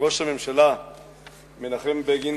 מנחם בגין,